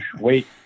wait